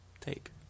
take